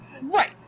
Right